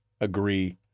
agree